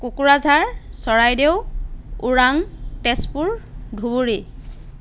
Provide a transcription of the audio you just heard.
Kokrajhar Charaideo Orang Tezpur Dhubri